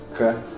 Okay